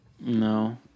No